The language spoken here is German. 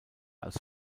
als